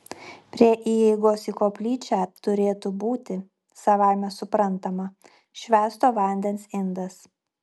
prie įeigos į koplyčią turėtų būti savaime suprantama švęsto vandens indas